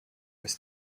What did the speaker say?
was